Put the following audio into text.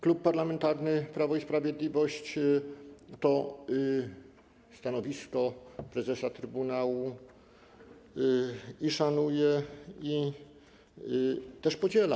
Klub Parlamentarny Prawo i Sprawiedliwość to stanowisko prezesa trybunału i szanuje, i podziela.